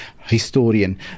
historian